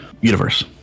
universe